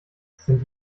sind